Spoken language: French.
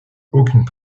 aucune